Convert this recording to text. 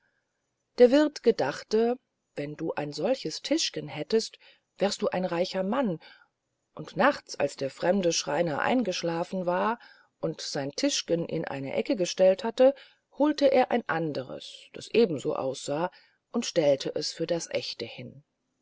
der wirth gedachte wenn du ein solches tischgen hättest wärst du ein reicher mann und nachts als der fremde schreiner eingeschlafen war und sein tischgen in eine ecke gestellt hatte holte er ein anderes das ebenso aussah und stellte es für das ächte hin